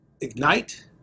Ignite